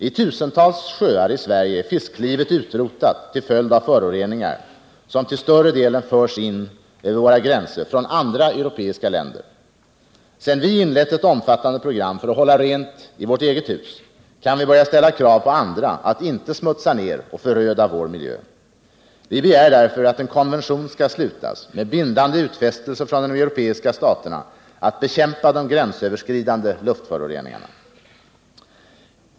I tusentals sjöar i Sverige är fisklivet utrotat till följd av föroreningar, som till större delen förs in över våra gränser från andra europeiska länder. Sedan vi inlett ett omfattande program för att hålla rent i vårt eget hus, kan vi börja ställa krav på andra att inte smutsa ned och föröda vår miljö. Vi begär därför att en konvention skall slutas, med bindande utfästelser från de europeiska staterna, att bekämpa de gränsöverskridande luftföroreningarna.